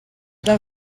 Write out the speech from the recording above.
del